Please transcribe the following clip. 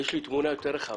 יש לי תמונה יותר רחבה,